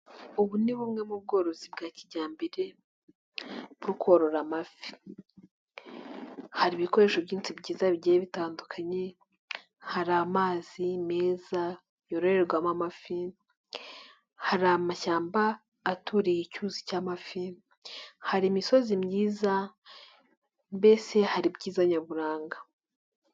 Ubu ni bumwe mu bworozi bwa kijyambe, bwo korora amafi, hari ibikoresho byinshi bigiye bitandukanye, hari amazi meza yororerwamo amafi, hari amashyamba aturiye icyuzi cy'amafi, hari imisozi myiza, mbese hari ibyiza nyaburanga.